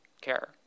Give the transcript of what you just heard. care